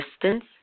distance